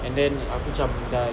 and then aku cam but